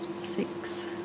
Six